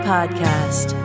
Podcast